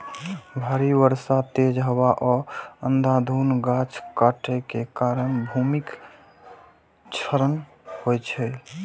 भारी बर्षा, तेज हवा आ अंधाधुंध गाछ काटै के कारण भूमिक क्षरण होइ छै